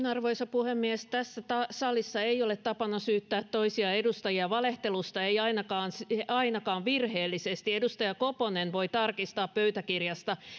arvoisa puhemies tässä salissa ei ole tapana syyttää toisia edustajia valehtelusta ei ainakaan virheellisesti edustaja koponen voi tarkistaa pöytäkirjasta